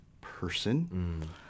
person